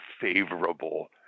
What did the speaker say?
favorable